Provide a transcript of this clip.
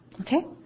Okay